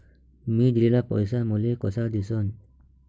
मी दिलेला पैसा मले कसा दिसन?